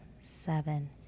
seven